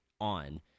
on